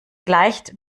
gleicht